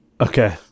Okay